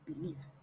beliefs